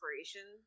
inspiration